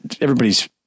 everybody's